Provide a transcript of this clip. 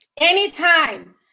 anytime